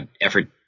effort